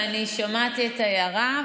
שמעתי את ההערה,